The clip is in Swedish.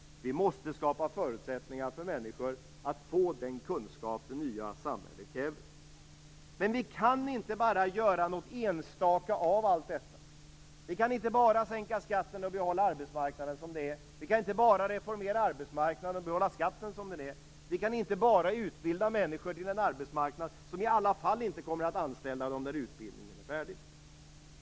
Vi måste skapa förutsättningar för människor att få den kunskap det nya samhället kräver. Men vi kan inte bara göra något enstaka av allt detta. Vi kan inte bara sänka skatten och behålla arbetsmarknaden som den är. Vi kan inte bara reformera arbetsmarknaden och behålla skatten som den är. Vi kan inte bara utbilda människor till en arbetsmarknad som i alla fall inte kommer att anställa dem när utbildningen är färdig.